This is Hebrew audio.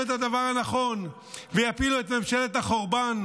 את הדבר הנכון ויפילו את ממשלת החורבן,